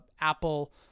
Apple